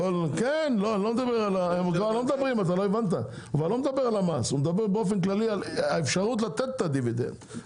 הוא לא מדבר על המס אלא באופן כללי על האפשרות לתת את הדיבידנד.